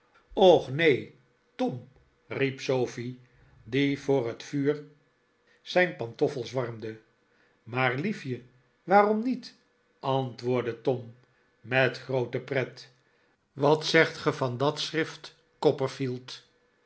och neen tom riep sofie die voor het vuur zijn pantoffels warmde maar liefje waarom niet antwoordde tom met groote pret wat zegt ge van dat schrift